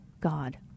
God